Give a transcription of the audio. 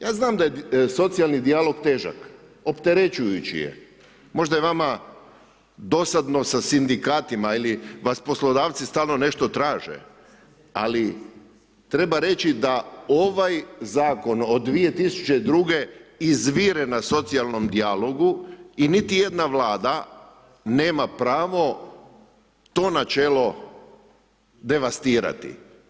Ja znam da je socijalni dijalog težak, opterećujući je, možda je vama dosadno sa sindikatima ili vas poslodavci stalno nešto traže, ali treba reći da ovaj zakon od 2002. izvire na socijalnom dijalogu i niti jedna vlada nema pravo to načelo devastirati.